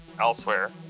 elsewhere